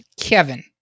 Kevin